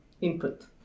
input